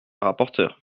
rapporteure